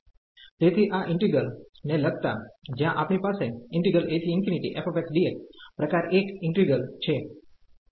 તેથી આ ઈન્ટિગ્રલ ને લગતા જ્યાં આપણી પાસે af dx પ્રકાર 1 ઈન્ટિગ્રલ છે